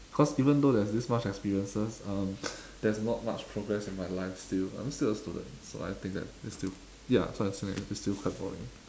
cause even though there's this much experiences um there's not much progress in my life still I'm still a student so I think that it's still ya so I assume that it's still quite boring